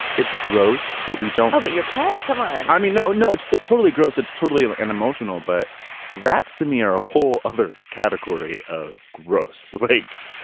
it's gross, but we don't know what your pet. come on i mean, no, no, it's it's totally gross. it's totally an an emotional. but rats to me are a whole other category of gross. blake,